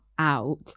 out